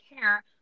care